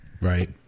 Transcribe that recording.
Right